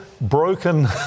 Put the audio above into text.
broken